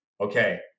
okay